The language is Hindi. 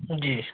जी